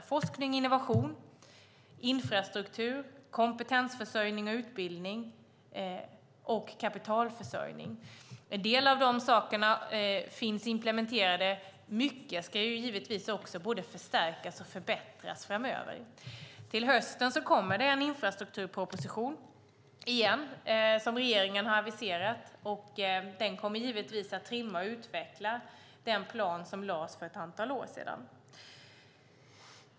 Det handlar om forskning, innovation, infrastruktur, kompetensförsörjning och utbildning samt kapitalförsörjning. En del av de sakerna finns implementerade. Mycket ska givetvis både förstärkas och förbättras framöver. Till hösten kommer återigen en infrastrukturproposition som regeringen har aviserat. Den kommer givetvis att trimma och utveckla den plan som lades fram för ett antal år sedan.